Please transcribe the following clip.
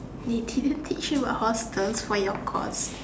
they didn't teach you about hostels for your course